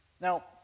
Now